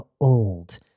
old